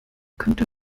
könnte